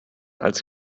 als